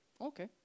Okay